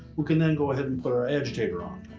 we can then go ahead and put our agitator on.